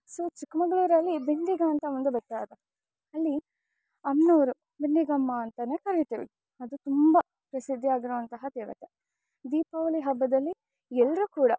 so ಚಿಕ್ಕಮಂಗ್ಳೂರಲ್ಲಿ ಬಿಂದಿಗ ಅಂತ ಒಂದು ಬೆಟ್ಟ ಇದೆ ಅಲ್ಲಿ ಅಮ್ಮನವ್ರು ಬಿಂದಿಗಮ್ಮ ಅಂತಾನೆ ಕರಿತೀವಿ ಅದು ತುಂಬ ಪ್ರಸಿದ್ದಿ ಆಗಿರುವಂತಹ ದೇವತೆ ದೀಪಾವಳಿ ಹಬ್ಬದಲ್ಲಿ ಎಲ್ಲರೂ ಕೂಡ